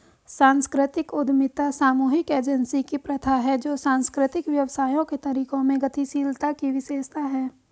सांस्कृतिक उद्यमिता सामूहिक एजेंसी की प्रथा है जो सांस्कृतिक व्यवसायों के तरीकों में गतिशीलता की विशेषता है